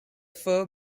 fur